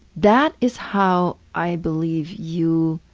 that is how i believe you